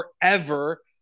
forever